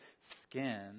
skin